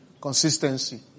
Consistency